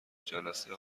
جلسه